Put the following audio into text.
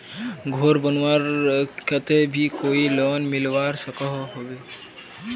घोर बनवार केते भी कोई लोन मिलवा सकोहो होबे?